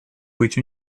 быть